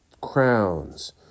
crowns